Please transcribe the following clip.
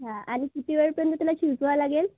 हां आणि किती वेळपर्यंत त्याला शिजवावं लागेल